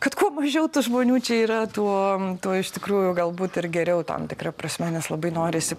kad kuo mažiau tų žmonių čia yra tuo tuo iš tikrųjų galbūt ir geriau tam tikra prasme nes labai norisi